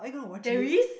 there is